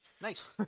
Nice